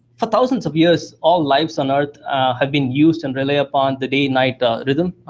for thousands of years, all lives on earth have been used and rely upon the day-night rhythm.